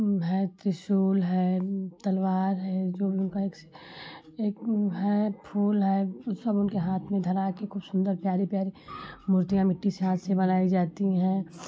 है त्रिशूल है तलवार है जो भी उनका एक एक है फूल है सब उनके हाथ में धरा कर खूब सुन्दर प्यारी प्यारी मूर्तियाँ मिट्टी से हाथ से बनाई जाती हैं